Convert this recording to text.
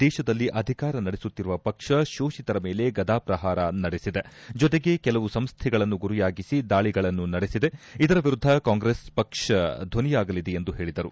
ದೇಶದಲ್ಲಿ ಅಧಿಕಾರ ನಡೆಸುತ್ತಿರುವ ಪಕ್ಷ ಶೋಷಿತರ ಮೇಲೆ ಗದಾ ಶ್ರಹಾರ ನಡೆಸಿದೆ ಜೊತೆಗೆ ಕೆಲವು ಸಂಸೈಗಳನ್ನು ಗುರಿಯಾಗಿಸಿ ದಾಳಿಗಳನ್ನು ನಡೆಸಿದೆ ಇದರ ವಿರುದ್ಧ ಕಾಂಗ್ರೆಸ್ ಪಕ್ಷ ಧ್ವನಿಯಾಗಲಿದೆ ಎಂದು ಹೇಳಿದರು